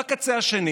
בקצה השני